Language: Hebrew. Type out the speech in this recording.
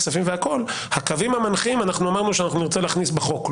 אמרנו שאת הקווים המנחים נרצה להכניס בחוק,